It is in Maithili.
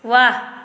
वाह